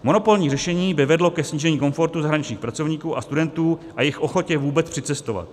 Monopolní řešení by vedlo ke snížení komfortu zahraničních pracovníků a studentů a jejich ochotě vůbec přicestovat.